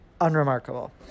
unremarkable